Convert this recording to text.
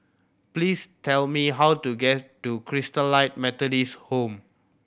please tell me how to get to Christalite Methodist Home